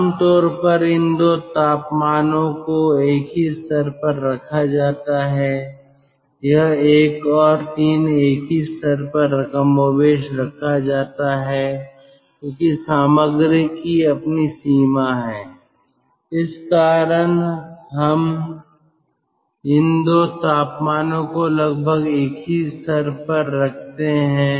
आम तौर पर इन 2 तापमानों को एक ही स्तर पर रखा जाता है यह 1 और 3 एक ही स्तर पर कमोबेश रखा जाता है क्योंकि सामग्री की अपनी सीमा है इस कारण हम इन 2 तापमानों को लगभग एक ही स्तर पर रखते हैं